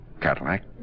Cadillac